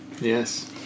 yes